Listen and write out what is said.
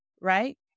Right